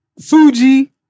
Fuji